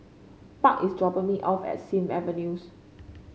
Buck is dropping me off at Sim Avenues